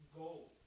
gold